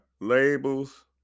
labels